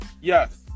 Yes